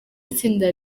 itsinda